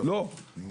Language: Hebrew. לא,